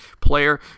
player